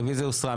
הרביזיה הוסרה.